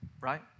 Right